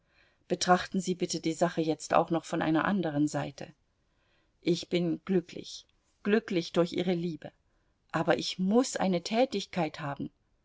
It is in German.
betrachten sie bitte die sache jetzt auch noch von einer andern seite ich bin glücklich glücklich durch ihre liebe aber ich muß eine tätigkeit haben